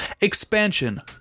Expansion